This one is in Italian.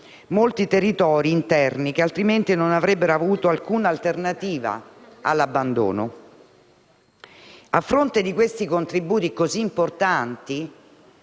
numerosi territori interni che, altrimenti, non avrebbero avuto alcuna alternativa all'abbandono. A fronte di questi contributi così importanti